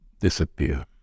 disappear